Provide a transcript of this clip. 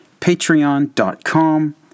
patreon.com